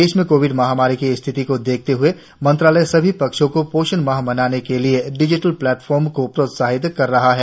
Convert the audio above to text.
देश में कोविड महामारी की स्थिति को देखते हुए मंत्रालय सभी पक्षों को पोषण माह मनाने के लिए डिजिटल प्लेटफार्म को प्रोत्साहित कर रहा है